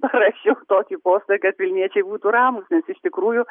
parašiau tokį postą kad vilniečiai būtų ramūs nes iš tikrųjų